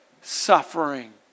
suffering